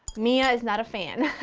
mia is not a fan.